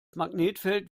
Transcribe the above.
magnetfeld